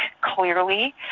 clearly